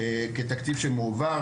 כתקציב שמועבר.